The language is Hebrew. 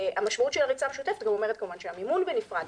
המשמעות של הריצה הנפרדת גם אומרת כמובן שהמימון בנפרד,